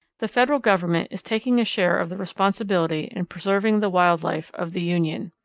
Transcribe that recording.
the federal government is taking a share of the responsibility in preserving the wild life of the union.